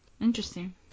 Interesting